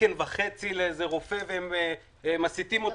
תקן וחצי לאיזה רופא והם מסיטים אותו